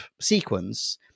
sequence